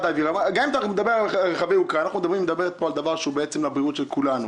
היא מדברת פה על דבר שנוגע לבריאות של כולנו,